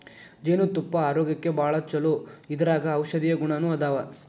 ಜೇನತುಪ್ಪಾ ಆರೋಗ್ಯಕ್ಕ ಭಾಳ ಚುಲೊ ಇದರಾಗ ಔಷದೇಯ ಗುಣಾನು ಅದಾವ